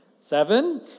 Seven